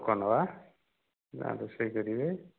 ଲୋକ ନେବା ଲୋକ ରୋଷେଇ କରିବେ